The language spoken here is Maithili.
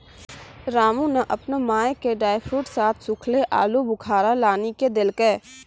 रामू नॅ आपनो माय के ड्रायफ्रूट साथं सूखलो आलूबुखारा लानी क देलकै